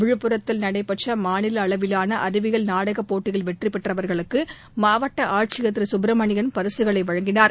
விழுப்புரத்தில் நடைபெற்ற மாநில அளவிலான அறிவியல் நாடகப் போட்டியில் வெற்றிப் பெற்றவர்களுக்கு மாவட்ட ஆட்சியர் திரு சுப்பிரமணியன் பரிசுகளை வழங்கினார்